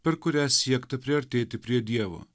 per kurias siekta priartėti prie dievo